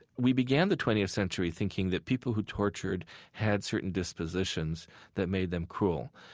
we began the twentieth century thinking that people who tortured had certain dispositions that made them cruel.